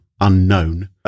Unknown